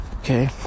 Okay